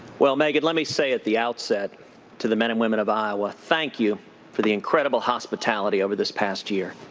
well, megyn, let me say at the outset to the men and women of iowa, thank you for the incredible hospitality over this past year.